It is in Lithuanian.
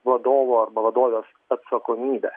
vadovo arba vadovės atsakomybę